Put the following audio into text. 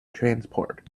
transport